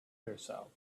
yourself